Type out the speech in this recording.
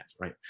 right